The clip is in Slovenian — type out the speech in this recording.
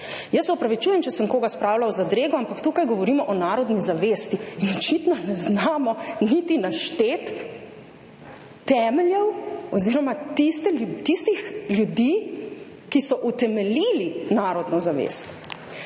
Se opravičujem, če sem koga spravila v zadrego, ampak tukaj govorimo o narodni zavesti in očitno ne znamo niti našteti temeljev oziroma tistih ljudi, ki so utemeljili narodno zavest!